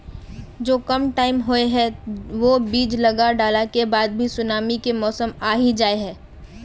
जो कम टाइम होये है वो बीज लगा डाला के बाद भी सुनामी के मौसम आ ही जाय है?